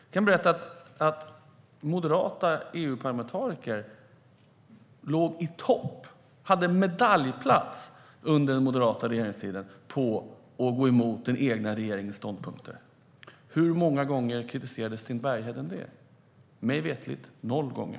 Jag kan berätta att moderata EU-parlamentariker låg i topp - hade medaljplats - under den moderata regeringstiden på att gå emot den egna regeringens ståndpunkter. Hur många gånger kritiserade Sten Bergheden det? Mig veterligt noll gånger.